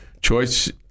Choice